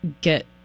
get